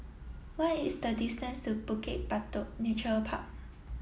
what is the distance to Bukit Batok Nature Park